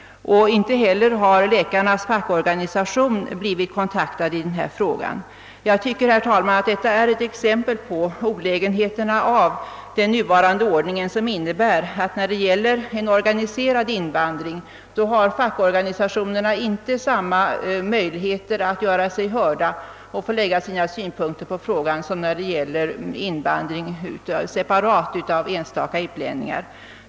Inte beller har läkarnas fackorganisation blivit kontaktad i denna fråga. Detta är, herr talman, ett exempel på olägenheterna med den nuvarande ordningen, som innebär att fackorganisationerna i fråga om en organiserad invandring inte har samma möjligheter att få gehör för sina synpunkter som när det gäller invandring av enstaka utlänningar,.